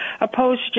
opposed